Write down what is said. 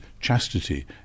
chastity